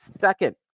Second